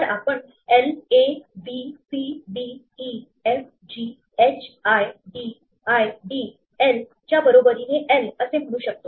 तर आपण l a b c d e fg h i d i d lच्या बरोबरीने l असे म्हणू शकतो